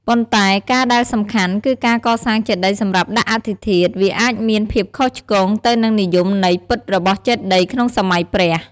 ប៉ុន្តែការដែលសំខាន់ គឺការកសាងចេតិយសម្រាប់ដាក់អដ្ឋិធាតុ វាអាចមានភាពខុសឆ្គងទៅនឹងនិយមន័យពិតរបស់ចេតិយ ក្នុងសម័យព្រះ។